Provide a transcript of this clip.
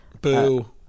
boo